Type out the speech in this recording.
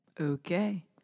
Okay